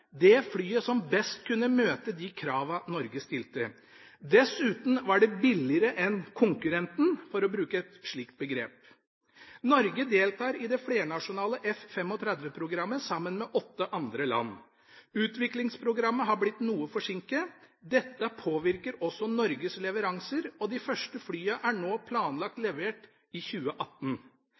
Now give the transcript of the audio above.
beste flyet, det flyet som best kunne møte de kravene Norge stilte. Dessuten var det billigere enn «konkurrenten», for å bruke et slikt begrep. Norge deltar i det flernasjonale F-35-programmet sammen med åtte andre land. Utviklingsprogrammet har blitt noe forsinket. Dette påvirker også Norges leveranser, og de første flyene er nå planlagt levert i 2018.